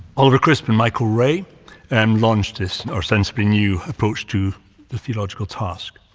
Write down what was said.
oliver crisp and michael rea um launched this ostensibly new approach to the theological task.